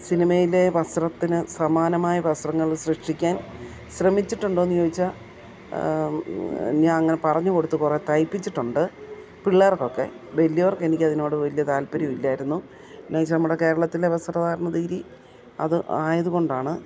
സിനിമയിലെ വസ്ത്രത്തിനു സമാനമായ വസ്ത്രങ്ങൾ സൃഷ്ടിക്കാൻ ശ്രമിച്ചിട്ടുണ്ടോയെന്നു ചോദിച്ചാൽ ഞാൻ അങ്ങനെ പറഞ്ഞു കൊടുത്ത് കുറേ തയ്പ്പിച്ചിട്ടുണ്ട് പിള്ളേർക്കൊക്കെ വലിയവർക്കെനിക്കതിനോട് വലിയ താല്പര്യമില്ലായിരുന്നു എന്നു വെച്ചാൽ നമ്മുടെ കേരളത്തിലെ വസ്ത്ര ധാരണ രീതി അത് ആയതു കൊണ്ടാണ്